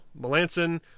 Melanson